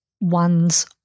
one's